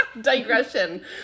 Digression